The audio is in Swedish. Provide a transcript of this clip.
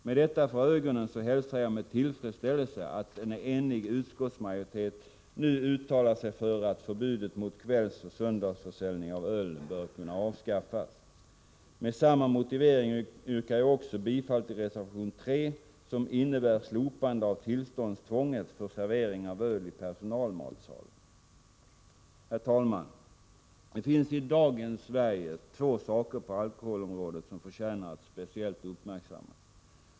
Med detta för ögonen hälsar jag med tillfredsställelse att en enig utskottsmajoritet nu uttalar sig för att förbudet mot kvällsoch söndagsförsäljning av öl bör kunna avskaffas. Med samma motivering yrkar jag också bifall till reservation 3, som innebär slopande av tillståndstvånget för servering av öl i personalmatsalar. Herr talman! Det finns i dagens Sverige två saker på alkoholområdet som förtjänar att speciellt uppmärksammas.